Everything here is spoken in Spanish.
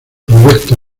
proyecto